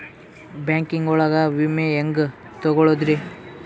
Banking ಒಳಗ ವಿಮೆ ಹೆಂಗ್ ತೊಗೊಳೋದ್ರಿ?